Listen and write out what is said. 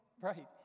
Right